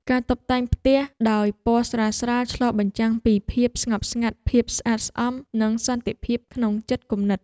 ការតុបតែងផ្ទះដោយពណ៌ស្រាលៗឆ្លុះបញ្ចាំងពីភាពស្ងប់ស្ងាត់ភាពស្អាតស្អំនិងសន្តិភាពក្នុងចិត្តគំនិត។